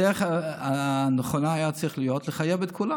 הדרך הנכונה הייתה צריכה להיות לחייב את כולם